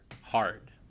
hard